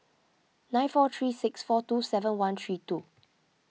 nine four three six four two seven one three two